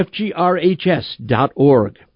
fgrhs.org